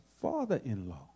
father-in-law